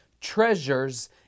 treasures